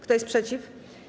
Kto jest przeciw?